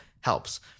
helps